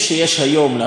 לאחר מעבר גז,